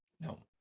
No